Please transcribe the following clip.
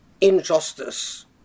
injustice